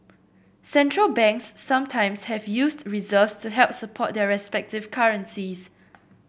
central banks sometimes have used reserves to help support their respective currencies